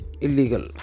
Illegal